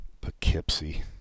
Poughkeepsie